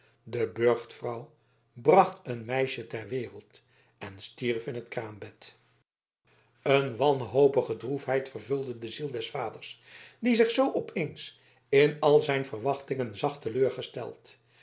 de burchtvrouw bracht een meisje ter wereld en stierf in het kraambed een wanhopige droefheid vervulde de ziel des vaders die zich zoo opeens in al zijn verwachtingen zag teleurgesteld